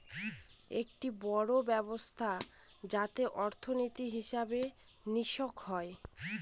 একটি বড়ো ব্যবস্থা যাতে অর্থনীতি, হিসেব নিকেশ হয়